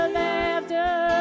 laughter